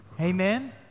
Amen